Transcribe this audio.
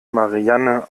marianne